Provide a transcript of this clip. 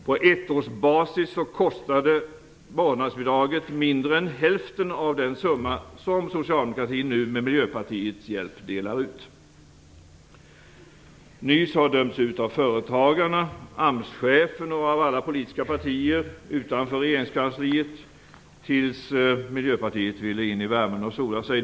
På ettårsbasis kostade vårdnadsbidraget mindre än hälften av den summa som socialdemokratin nu med Miljöpartiets hjälp delar ut! NYS har dömts ut av företagarna, av AMS-chefen och av alla politiska partier utanför regeringskansliet - tills Miljöpartiet ville in i värmen och sola sig.